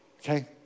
Okay